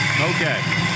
Okay